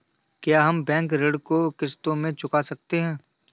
क्या हम बैंक ऋण को किश्तों में चुका सकते हैं?